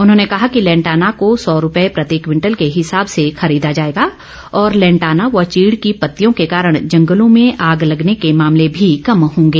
उन्होंने कहा कि लैंटाना को सौ रूपए प्रेति क्विंटल के हिसाब से खरीदा जाएगा और लैंटाना व चीड़ की पत्तियों के कारण जंगलों में आग लगने के मामले भी कम होंगे